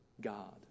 God